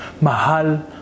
Mahal